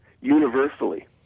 universally